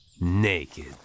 Naked